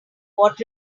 what